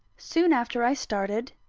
soon after i started,